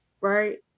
right